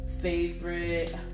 favorite